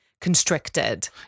constricted